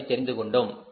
என்பதை தெரிந்துகொண்டோம்